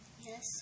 Yes